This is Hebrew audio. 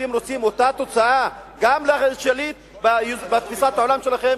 אתם רוצים אותה תוצאה גם לשליט בתפיסת העולם שלכם?